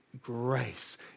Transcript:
grace